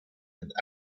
and